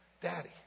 Daddy